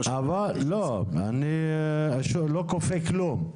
לא, אני לא כופה כלום.